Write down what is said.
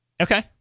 Okay